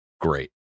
great